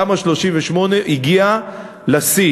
תמ"א 38 הגיעה לשיא.